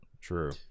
true